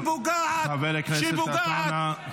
שפוגעת -- חבר הכנסת עטאונה,